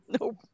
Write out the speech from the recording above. nope